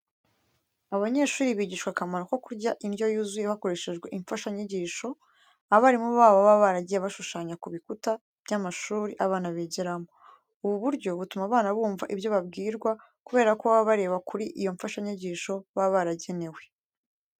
Abanyeshuri bigishwa akamaro ko kurya indyo yuzuye hakoreshejwe imfashanyigisho, abarimu babo baba baragiye bashushanya ku bikuta by'amashuri abana bigiramo. Ubu buryo butuma abana bumva ibyo babwirwa kubera ko baba bareba kuri iyo mfashanyigisho baba baragenewe.